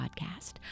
Podcast